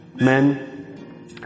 Men